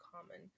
common